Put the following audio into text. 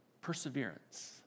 Perseverance